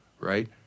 right